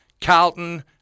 Carlton